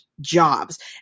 jobs